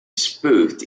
spoofed